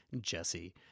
Jesse